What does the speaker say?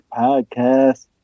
podcast